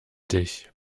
dich